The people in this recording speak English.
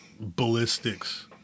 ballistics